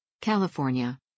California